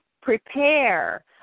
prepare